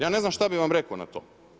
Ja ne znam šta bi vam rekao na to.